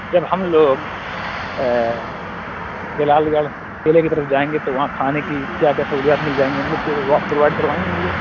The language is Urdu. ہم لوگ جلال گڑھ قلعہ کی طرف جائیں گے تو وہاں کھانے کی کیا کیا سہولیات مل جائیں گی ہم لوگ کو آپ پرووائڈ کروائیں گے مجھے